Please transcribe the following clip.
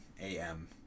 A-M